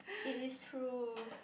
it is true